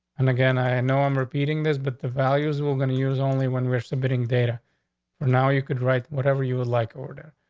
and again i know i'm repeating this, but the values were going to use only when we're submitting data now. you could write whatever you would like order.